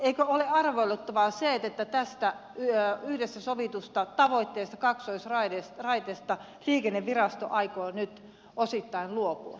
eikö ole arveluttavaa se että tästä yhdessä sovitusta tavoitteesta kaksoisraiteesta liikennevirasto aikoo nyt osittain luopua